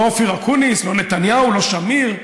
לא אופיר אקוניס, לא נתניהו, לא שמיר,